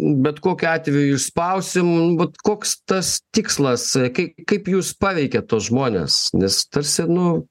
bet kokiu atveju išspausim vat koks tas tikslas kai kaip jūs paveikiat tuos žmones nes tarsi nu